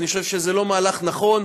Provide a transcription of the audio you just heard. אני לא חושב שזה מהלך נכון.